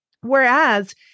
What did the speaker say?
Whereas